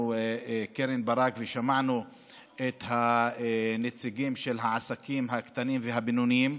קרן ברק ושמענו את הנציגים של העסקים הקטנים והבינוניים,